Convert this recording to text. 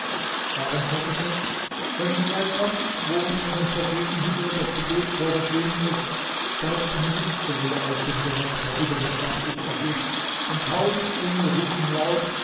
er antwortete wenn die zeit kommt wo uns von dem propheten hidhr das gebet vorgeschrieben ist steigt eine lichtsäule aus dem berg der über der stadt sich erhebt und tausend engel rufen laut